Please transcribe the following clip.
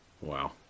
wow